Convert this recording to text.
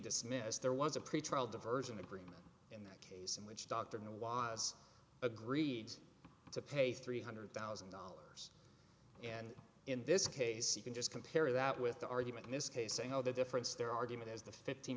dismissed there was a pretrial diversion agreement in that case in which doctrine was agreed to pay three hundred thousand dollars and in this case you can just compare that with the argument in this case they know the difference their argument is the fifteen